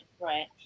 right